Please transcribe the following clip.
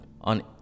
on